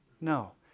No